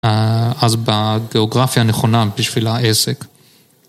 א.. אז בגאוגרפיה הנכונה בשביל העסק.